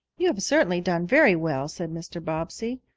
you have certainly done very well, said mr. bobbsey.